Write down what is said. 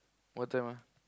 what time ah